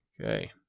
Okay